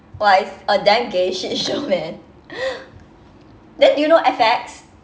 !wah! it's a damn gay shit show man then do you know F_X